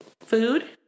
food